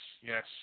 Yes